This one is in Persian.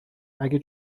اگه